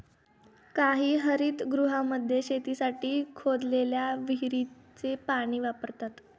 काही हरितगृहांमध्ये शेतीसाठी खोदलेल्या विहिरीचे पाणी वापरतात